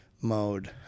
mode